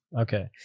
okay